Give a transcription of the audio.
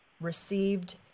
received